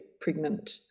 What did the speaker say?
pregnant